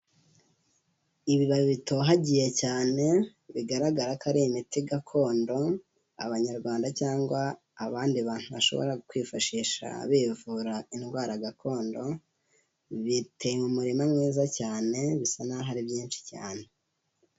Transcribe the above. Ibibabi bitohagiye cyane bigaragara ko ari imiti gakondo abanyarwanda cyangwa abandi bantu bashobora kwifashisha bivura indwara gakondo, biteye mu murima mwiza cyane bisa nk'aho ari byinshi cyane.